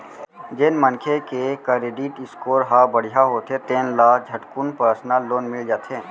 जेन मनखे के करेडिट स्कोर ह बड़िहा होथे तेन ल झटकुन परसनल लोन मिल जाथे